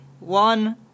One